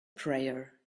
prayer